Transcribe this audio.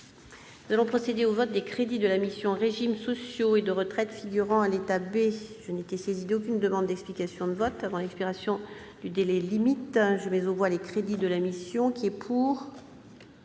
Nous allons procéder au vote des crédits de la mission « Régimes sociaux et de retraite », figurant à l'état B. Je n'ai été saisie d'aucune demande d'explication de vote avant l'expiration du délai limite. Je mets aux voix ces crédits. Nous allons procéder